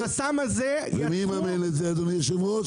אדוני היו"ר?